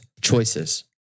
choices